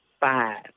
five